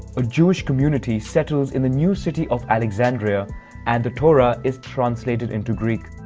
a jewish community settles in the new city of alexandria and the torah is translated into greek.